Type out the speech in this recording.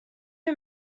who